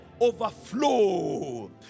overflow